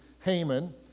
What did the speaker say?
Haman